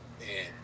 Man